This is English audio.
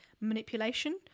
manipulation